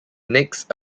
next